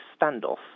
standoff